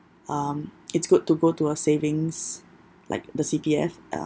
um it's good to go to a savings like the C_P_F ya